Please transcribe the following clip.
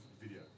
video